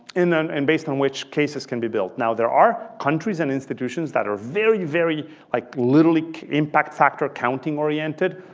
and and based on which cases can be built. now, there are countries and institutions that are very, very like literally impact factor counting oriented.